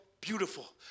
beautiful